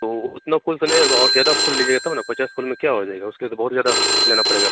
तो उतना फूल से नहीं होगा और ज्यादा फूल लीजिएगा तब ना पचास फूल में क्या हो जाएगा उसके बाद ओर ज्यादा लेना पड़ेगा